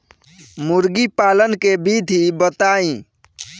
मुर्गीपालन के विधी बताई?